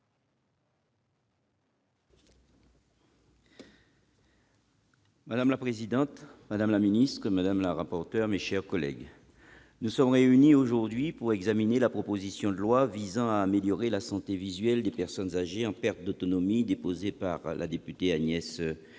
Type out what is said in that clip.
Madame la présidente, madame la secrétaire d'État, mes chers collègues, nous sommes réunis aujourd'hui pour examiner la proposition de loi visant à améliorer la santé visuelle des personnes âgées en perte d'autonomie, déposée par la députée Agnès Firmin